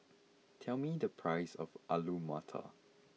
tell me the price of Alu Matar